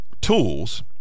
tools